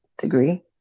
degree